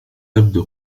تبدو